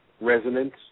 resonance